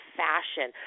fashion